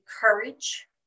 Courage